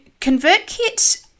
ConvertKit